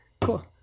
cool